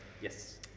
Yes